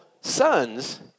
sons